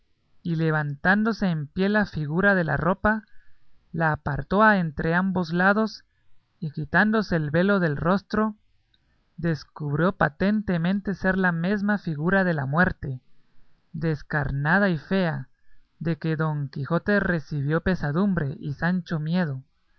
y levantándose en pie la figura de la ropa la apartó a entrambos lados y quitándose el velo del rostro descubrió patentemente ser la mesma figura de la muerte descarnada y fea de que don quijote recibió pesadumbre y sancho miedo